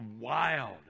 wild